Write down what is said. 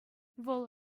вӑл